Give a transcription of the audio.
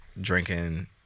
drinking